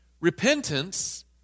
Repentance